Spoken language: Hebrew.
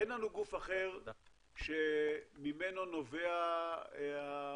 אין לנו גוף אחר שממנו נובע המעיין,